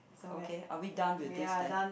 okay are we done with this then